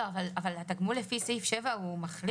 אבל התגמול לפי סעיף 7 מחליף